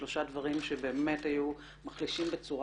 שלושה דברים שבאמת היו מחלישים בצורה